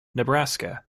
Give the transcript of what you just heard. nebraska